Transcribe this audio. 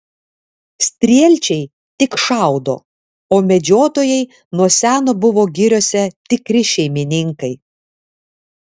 strielčiai tik šaudo o medžiotojai nuo seno buvo giriose tikri šeimininkai